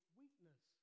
weakness